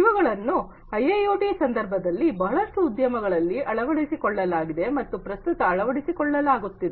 ಇವುಗಳನ್ನು ಐಐಒಟಿ ಸಂದರ್ಭದಲ್ಲಿ ಬಹಳಷ್ಟು ಉದ್ಯಮಗಳಲ್ಲಿ ಅಳವಡಿಸಿಕೊಳ್ಳಲಾಗಿದೆ ಮತ್ತು ಪ್ರಸ್ತುತ ಅಳವಡಿಸಿಕೊಳ್ಳಲಾಗುತ್ತಿದೆ